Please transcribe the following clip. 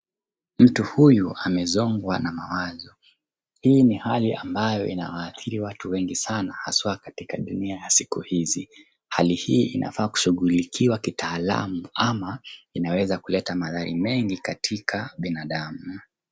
Mtu huyu amesongwa na mawazo. Hii ni hali ambayo inawaadhiri watu wengi sana haswa katika dunia ya siku hizi. Hali hii inafaa kushughulikiwa kitaalamu ama inaweza kuleta madhara mengi katika binadamu.